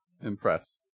Impressed